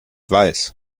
weiß